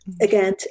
again